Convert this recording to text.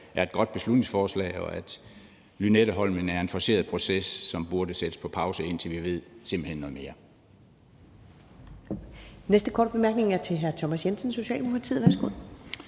er et godt beslutningsforslag, og at Lynetteholmen er en forceret proces, som burde sættes på pause, indtil vi simpelt hen ved noget mere.